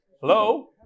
Hello